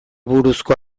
buruzko